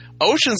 Ocean's